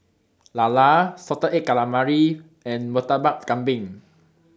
Lala Salted Egg Calamari and Murtabak Kambing